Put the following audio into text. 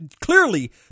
clearly